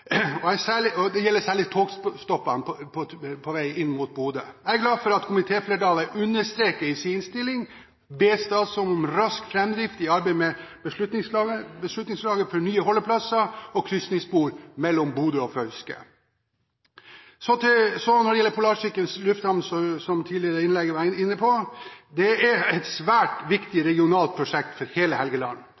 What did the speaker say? Det gjelder særlig togstopp på vei inn mot Bodø. Jeg er glad for at komitéflertallet understreker det i sin innstilling og ber statsråden om rask framdrift i arbeidet med beslutningsgrunnlaget for nye holdeplasser og krysningsspor mellom Bodø og Fauske. Så til Polarsirkelen lufthavn, som tidligere taler var inne på. Det er et svært viktig regionalt prosjekt for hele Helgeland.